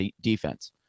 defense